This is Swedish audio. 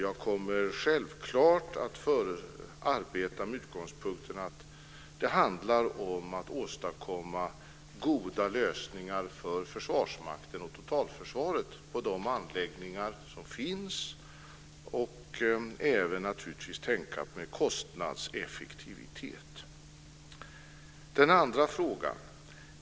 Jag kommer självklart att arbeta med utgångspunkten att det handlar om att åstadkomma goda lösningar för Försvarsmakten och totalförsvaret på de anläggningar som finns och även naturligtvis att tänka på kostnadseffektiviteten. Jag går så till den andra frågan.